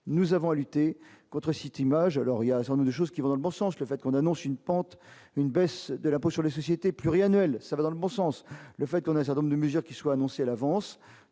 nous avons lutté contre City images l'orientation des choses qui vont dans le bon sens, le fait qu'on annonce une pente, une baisse de l'impôt sur les sociétés pluriannuelle, ça va dans le bon sens, le fait qu'on a un certain nombre de mesures qui soient annoncés à l'avance,